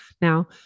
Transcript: now